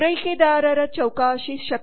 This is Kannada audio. ಪೂರೈಕೆದಾರರ ಚೌಕಾಶಿ ಶಕ್ತಿ